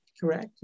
correct